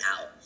out